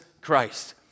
Christ